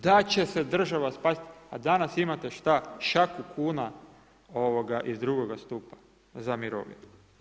Da će se država spasiti, a danas imate šta, šaku kuna iz drugoga stupa za mirovine.